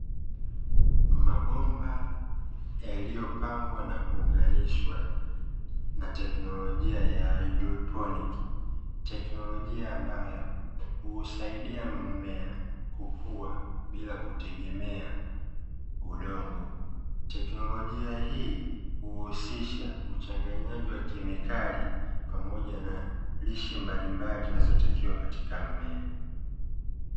Mabomba yaliyopangwa na kuunganishwa na teknolojia ya haidroponi, teknolojia ambayo huusaidia mmea kukua bila kutegemea udongo, teknolojia hii huusisha uchanganyaji wa kemikali pamoja na lishe mbalimbali zinazotakiwa katika mmea.